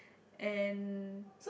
and